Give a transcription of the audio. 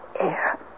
air